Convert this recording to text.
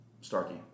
Starkey